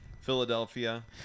Philadelphia